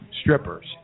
strippers